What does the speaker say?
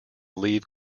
leave